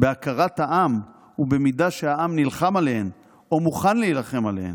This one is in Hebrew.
בהכרת העם ובמידה שהעם שנלחם עליהן או מוכן להילחם עליהן.